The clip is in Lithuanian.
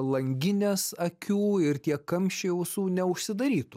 langinės akių ir tie kamščiai ausų neužsidarytų